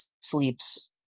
sleeps